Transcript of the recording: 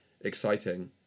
exciting